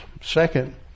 Second